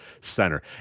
Center